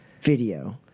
video